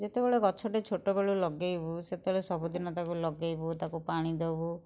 ଯେତେବେଳେ ଗଛଟି ଛୋଟ ବେଳୁ ଲଗାଇବୁ ସେତେବେଳେ ସବୁଦିନେ ତାକୁ ଲଗାଇବୁ ତାକୁ ପାଣି ଦେବୁ